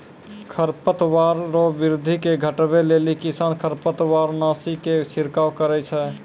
खरपतवार रो वृद्धि के घटबै लेली किसान खरपतवारनाशी के छिड़काव करै छै